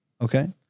Okay